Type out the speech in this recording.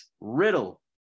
Riddle